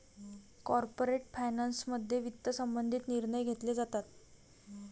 corporate फायनान्समध्ये वित्त संबंधित निर्णय घेतले जातात